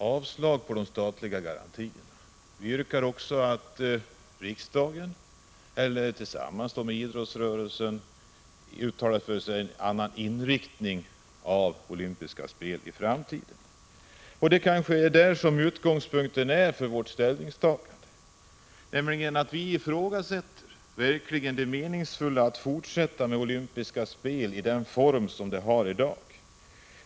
Herr talman! Vpk yrkar i reservation 1 till kulturutskottets betänkande om statliga garantier för anordnande av olympiska vinterspel i Sverige år 1992 avslag på förslaget att sådana garantier lämnas. I reservation 2 yrkar vi att riksdagen uttalar sig för att regeringen tillsammans med idrottsrörelsen arbetar för en annan inriktning av de olympiska spelen i framtiden. Det är också inriktningen av de olympiska spelen som är utgångspunkten för vårt ställningstagande till förslaget om statliga garantier. Vi ifrågasätter verkligen det meningsfulla i att fortsätta med olympiska spel i den form de har i dag.